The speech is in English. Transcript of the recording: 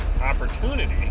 opportunity